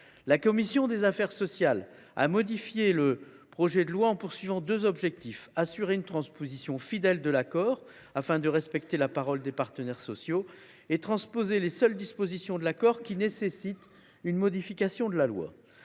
commission des affaires sociales a modifié ce projet de loi en suivant deux objectifs : premièrement, assurer une transposition fidèle de l’accord afin de respecter la parole des partenaires sociaux ; deuxièmement, transposer les seules dispositions de l’accord qui nécessitent une modification de la loi.